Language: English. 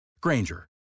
Granger